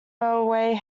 railway